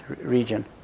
region